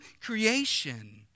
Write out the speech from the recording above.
creation